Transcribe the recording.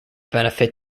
benefit